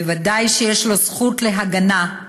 ודאי שיש לו זכות להגנה.